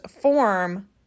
form